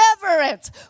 Deliverance